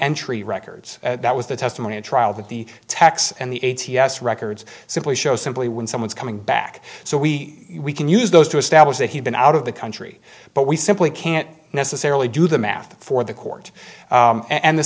entry records that was the testimony at trial that the tax and the a t s records simply show simply when someone's coming back so we we can use those to establish that he's been out of the country but we simply can't necessarily do the math for the court and the